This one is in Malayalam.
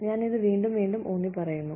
ഞാൻ ഇത് വീണ്ടും വീണ്ടും ഊന്നിപ്പറയുന്നു